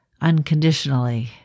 unconditionally